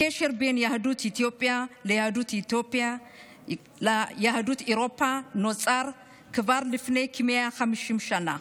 הקשר בין יהדות אתיופיה ליהדות אירופה נוצר כבר לפני כ-150 שנה.